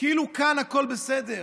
כאילו כאן הכול בסדר.